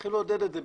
צריכים לעודד את זה.